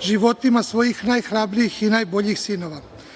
životima svojih najhrabrijih i najboljih sinova. Ne